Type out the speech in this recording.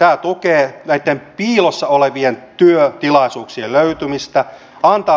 tämä tukee näitten piilossa olevien työtilaisuuksien löytymistä ja antaa